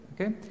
Okay